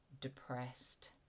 depressed